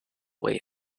way